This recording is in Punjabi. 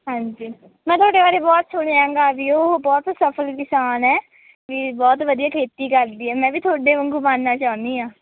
ਹਾਂਜੀ ਮੈਂ ਤੁਹਾਡੇ ਬਾਰੇ ਬਹੁਤ ਸੁਣਿਆ ਗਾ ਵੀ ਉਹ ਬਹੁਤ ਸਫਲ ਕਿਸਾਨ ਹੈ ਵੀ ਬਹੁਤ ਵਧੀਆ ਖੇਤੀ ਕਰਦੀ ਹੈ ਮੈਂ ਵੀ ਤੁਹਾਡੇ ਵਾਂਗੂੰ ਬਣਨਾ ਚਾਹੁੰਦੀ ਹਾਂ